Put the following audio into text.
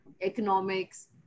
economics